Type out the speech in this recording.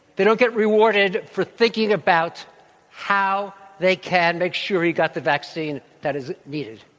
they don't get rewarded for thinking about how they can make sure he got the vaccine that is needed.